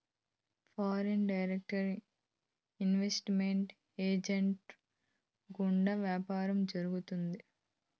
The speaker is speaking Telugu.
ఫారిన్ డైరెక్ట్ ఇన్వెస్ట్ మెంట్ ఏజెంట్ల గుండా వ్యాపారం జరుగుతాది